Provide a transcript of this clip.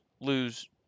lose